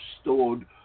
stored